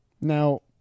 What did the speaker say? now